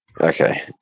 Okay